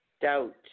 doubt